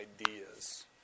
ideas